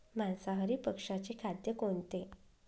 मांसाहारी पक्ष्याचे खाद्य कोणते?